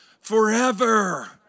forever